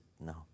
no